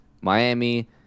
miami